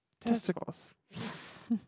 Testicles